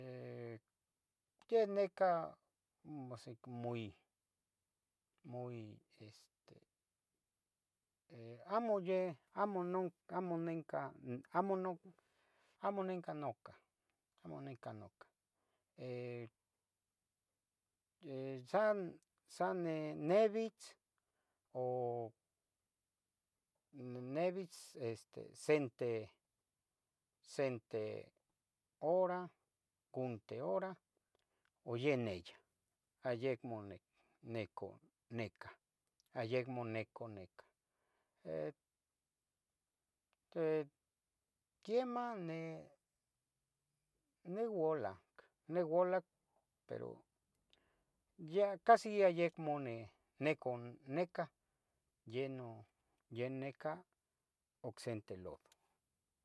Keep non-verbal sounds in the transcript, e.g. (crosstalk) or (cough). (hesitation) yeh necah no se como muy, muy este amo yeh amo non amo nencah, amo noncah amo nenca noncah, amo nencah noncah, (hesitation) san, san nebitz o nnebitz este sente, sente hora, cunte hora, o yeh neyah, ayecmo nic nicu nicah, ayecmo nicu nicah, (hesitation) (hesitation) quiemah ni niualac niualac, pero yeh casi yeh ayecmo nicu nicah, yeh necah ocsente loro.